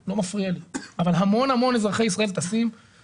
לא שמעתי שיש תעדוף מוחלט